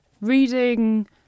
reading